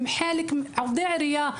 הם חלק מעובדי העירייה.